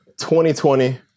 2020